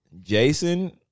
Jason